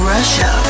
Russia